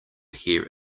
hear